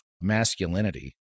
masculinity